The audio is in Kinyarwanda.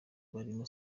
barimo